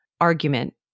argument